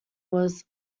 was